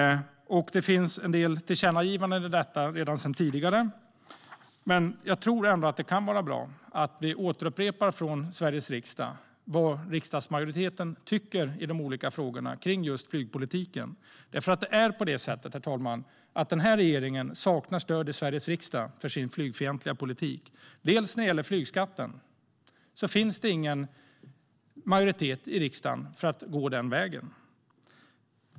Det finns en del tillkännagivanden sedan tidigare, men det kan vara bra att upprepa vad riksdagsmajoriteten tycker i de olika frågorna i flygpolitiken. Denna regering saknar nämligen stöd i Sveriges riksdag för sin flygfientliga politik. När det gäller flygskatten finns det ingen majoritet i riksdagen för att gå den vägen.